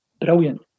brilliant